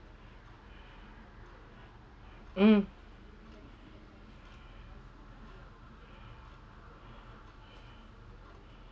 mm